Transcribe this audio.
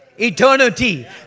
Eternity